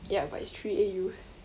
ya but it's three A_Us